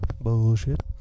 bullshit